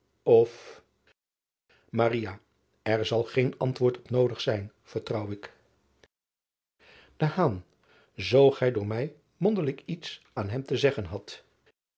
of r zal geen antwoord op noodig zijn vertrouw ik oo gij door mij mondeling iets aan hem te zeggen hadt